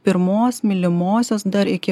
pirmos mylimosios dar iki